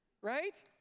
right